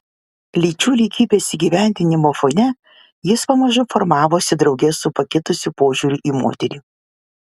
lyčių lygybės įgyvendinimo fone jis pamažu formavosi drauge su pakitusiu požiūriu į moterį